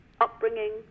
upbringing